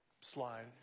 Slide